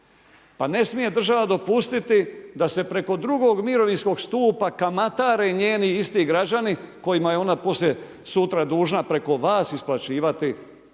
pa ne smije država dopustiti da se preko drugog mirovinskog stupa kamatare njeni isti građani kojima je ona poslije sutra dužna preko vas isplaćivati